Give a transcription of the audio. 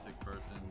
person